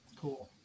Cool